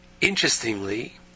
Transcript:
interestingly